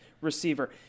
receiver